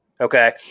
Okay